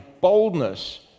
boldness